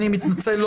אני מתנצל,